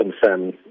concern